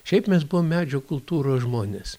šiaip mes buvom medžio kultūros žmonės